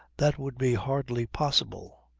that would be hardly possible.